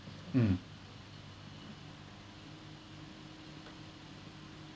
mm